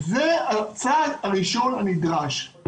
זה הצעד הראשון הנדרש.